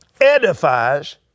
edifies